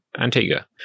Antigua